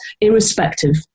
Irrespective